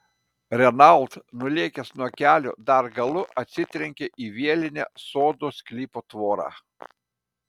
renault nulėkęs nuo kelio dar galu atsitrenkė į vielinę sodo sklypo tvorą